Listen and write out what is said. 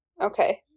Okay